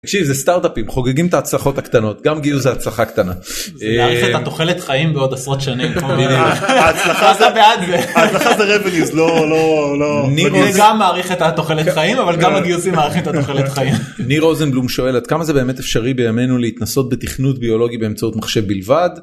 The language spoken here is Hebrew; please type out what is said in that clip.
תקשיב, זה סטארטאפים, חוגגים את ההצלחות הקטנות. גם גיוס זה הצלחה קטנה. זה מאריך את התוחלת חיים בעוד עשרות שנים. בדיוק, ההצלחה זה...אז אתה בעד זה. ההצלחה זה revenues לא לא לא... זה גם מאריך את התוחלת חיים אבל גם הגיוסים מאריך את התוחלת חיים. ניר רוזנבלום שואל: עד כמה זה באמת אפשרי בימינו להתנסות בתכנות ביולוגי באמצעות מחשב בלבד?